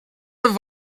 have